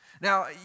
Now